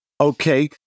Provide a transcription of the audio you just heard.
Okay